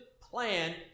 plan